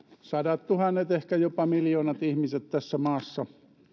sadattuhannet ehkä jopa miljoonat ihmiset tässä maassa